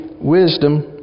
wisdom